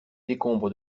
décombres